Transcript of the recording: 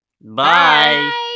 Bye